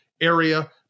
area